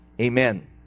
Amen